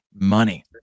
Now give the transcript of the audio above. money